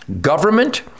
government